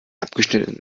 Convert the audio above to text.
abgeschnittenen